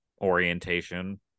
orientation